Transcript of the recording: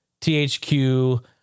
THQ